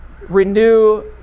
renew